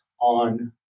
on